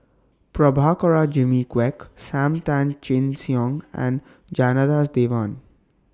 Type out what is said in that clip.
Prabhakara Jimmy Quek SAM Tan Chin Siong and Janadas Devan